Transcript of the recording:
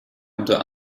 unter